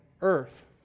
earth